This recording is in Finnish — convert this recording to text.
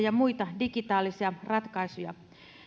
ja muita digitaalisia ratkaisuja